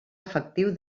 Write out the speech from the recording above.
efectiu